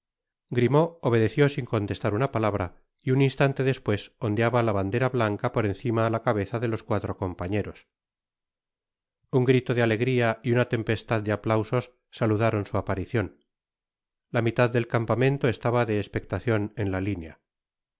grimaud obedeció sin contestar una palabra y un instante despues ondeaba la bandera blanca por encima la cabeza de los cuatro compañeros un grito de alegría y una tempestad de aplausos saludaron su aparicion la mitad del campamento estaba de espectacion en la linea